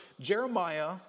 Jeremiah